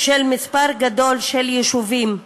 של מספר גדול של יישובים,